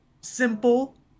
simple